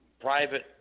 private